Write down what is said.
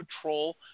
patrol